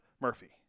Murphy